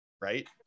right